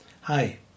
Hi